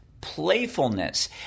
playfulness